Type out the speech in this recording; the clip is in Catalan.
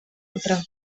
altra